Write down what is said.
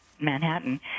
Manhattan